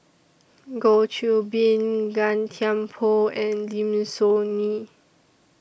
Goh Qiu Bin Gan Thiam Poh and Lim Soo Ngee